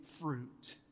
fruit